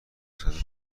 فرصت